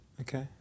Okay